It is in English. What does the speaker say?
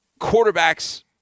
quarterbacks